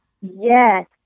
Yes